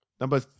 Number